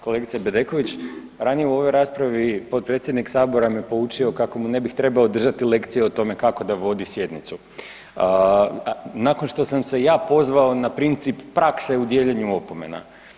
Kolegice Bedeković, ranije u ovoj raspravi potpredsjednik sabora me poučio kako mu ne bih trebao držati lekcije o tome kako da vodi sjednicu, a nakon što sam se ja pozvao na princip prakse u dijeljenju opomena.